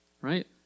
right